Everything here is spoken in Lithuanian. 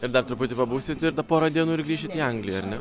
ir dar truputį pabūsit ir tą porą dienų ir grįšit į angliją ar ne